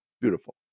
beautiful